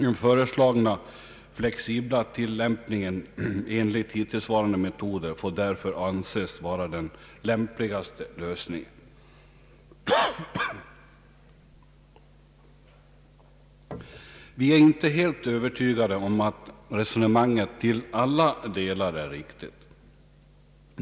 Den föreslagna flexibla tillämpningen enligt hittillsvarande metoder får därför anses vara den lämpligaste lösningen.” Vi är inte helt övertygade om att resonemanget till alla delar är riktigt.